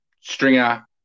Stringer